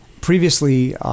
Previously